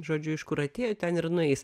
žodžiu iš kur atėjo ten ir nueis